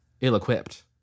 ill-equipped